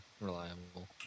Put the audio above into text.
reliable